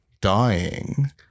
dying